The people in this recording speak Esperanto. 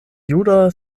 juda